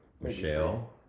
Michelle